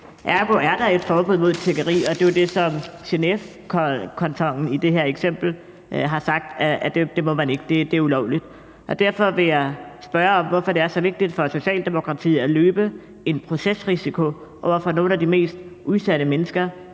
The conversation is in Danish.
Ergo er der et forbud mod tiggeri, og det er jo det, som Genèvekantonen i det her eksempel har sagt man ikke må, altså at det er ulovligt. Derfor vil jeg spørge om, hvorfor det er så vigtigt for Socialdemokratiet at løbe en procesrisiko over for nogle af de mest udsatte mennesker,